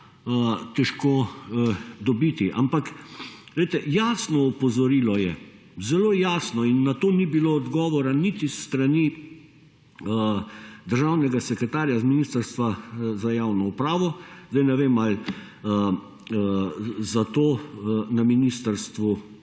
težko dobiti, ampak jasno opozorilo je in na to ni bilo odgovora niti s strani državnega sekretarja z ministrstva za javno upravo sedaj ne vem ali zato na ministrstvu